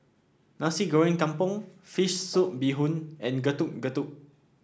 Nasi Goreng Kampung fish soup Bee Hoon and Getuk Getuk